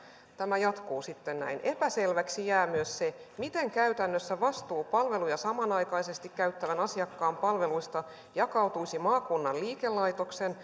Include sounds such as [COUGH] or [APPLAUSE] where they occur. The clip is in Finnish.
tämä jatkuu sitten näin epäselväksi jää myös se miten käytännössä vastuu palveluja samanaikaisesti käyttävän asiakkaan palveluista jakautuisi maakunnan liikelaitoksen [UNINTELLIGIBLE]